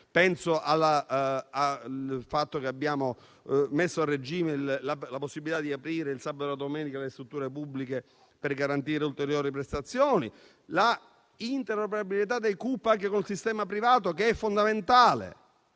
Penso al fatto che abbiamo messo a regime la possibilità di aprire il sabato e la domenica le strutture pubbliche per garantire ulteriori prestazioni. Penso alla interoperabilità dei CUP anche con il sistema privato, che è fondamentale.